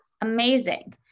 Amazing